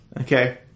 okay